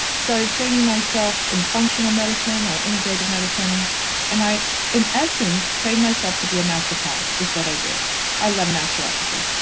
started training myself in functional medicine, or integrative medicine and i in essence trained myself to be a naturopath, is what i did i love naturopathy.